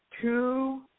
two